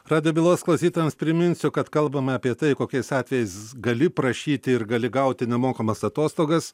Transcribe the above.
radijo bylos klausytojams priminsiu kad kalbame apie tai kokiais atvejais gali prašyti ir gali gauti nemokamas atostogas